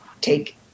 take